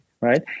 right